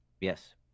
Yes